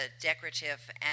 decorative